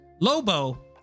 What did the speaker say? lobo